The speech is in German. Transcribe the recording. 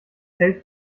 hält